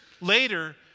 later